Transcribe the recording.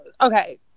Okay